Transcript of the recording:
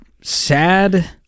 sad